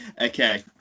Okay